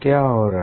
क्या हो रहा है